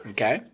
Okay